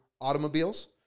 automobiles